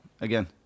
again